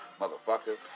Motherfucker